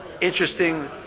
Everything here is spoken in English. interesting